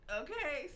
okay